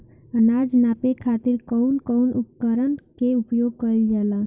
अनाज नापे खातीर कउन कउन उपकरण के प्रयोग कइल जाला?